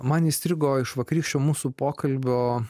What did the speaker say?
man įstrigo iš vakarykščio mūsų pokalbio